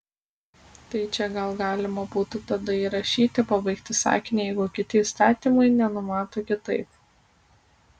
tai čia gal galima būtų tada įrašyti pabaigti sakinį jeigu kiti įstatymai nenumato kitaip